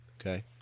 Okay